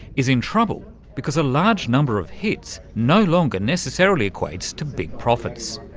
is in trouble because a large number of hits no longer necessarily equates to big profits.